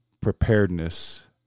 preparedness